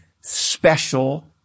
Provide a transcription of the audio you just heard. special